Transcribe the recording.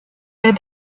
les